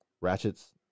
Ratchets